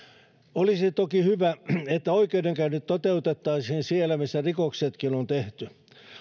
olisi toki hyvä että oikeudenkäynnit toteutettaisiin siellä missä rikoksetkin on tehty